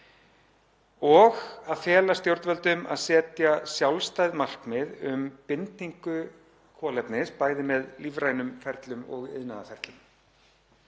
og fela stjórnvöldum að setja sjálfstæð markmið um bindingu kolefnis, bæði með lífrænum ferlum og iðnaðarferlum.